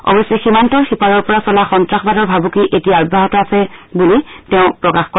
অৱশ্যে সীমান্তৰ সিপাৰৰপৰা চলা সন্তাসবাদৰ ভাবুকি এতিয়া অব্যাহত আছে বুলি তেওঁ প্ৰকাশ কৰে